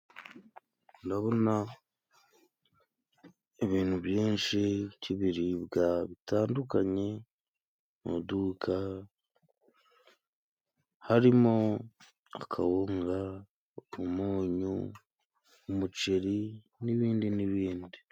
Ndabona ibintu byinshi by'ibiribwa bitandukanye mu duka, hari mo akawunga, umunyu, umuceri, n'ibindi n'ibindi.